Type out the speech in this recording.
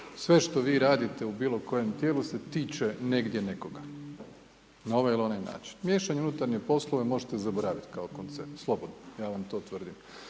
Sve što vi radite u bilo kojem tilu se tiče negdje nekoga, na ovaj ili onaj način. Miješanje u unutarnje poslove možete zaboraviti kao koncept, slobodno, ja vam to tvrdim,